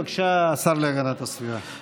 בבקשה, השר להגנת הסביבה.